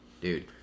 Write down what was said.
dude